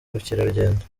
ubukerarugendo